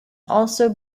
also